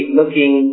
looking